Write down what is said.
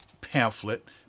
pamphlet